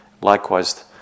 Likewise